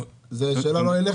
זה שאלה לא אליך,